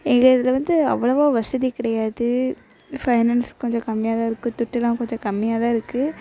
எங்கள் இதில் வந்து அவ்வளவாக வசதி கிடையாது ஃபைனான்ஸ் கொஞ்சம் கம்மியாக தான் இருக்குது துட்டுலாம் கொஞ்சம் கம்மியாக தான் இருக்குது